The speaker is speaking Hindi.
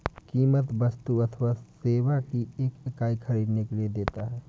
कीमत वस्तु अथवा सेवा की एक इकाई ख़रीदने के लिए देता है